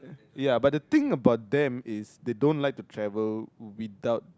ya but the thing about them is they don't like to travel without